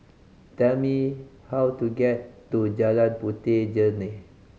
tell me how to get to Jalan Puteh Jerneh